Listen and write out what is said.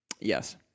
Yes